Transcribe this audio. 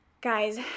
guys